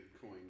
coin